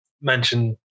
mention